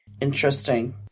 Interesting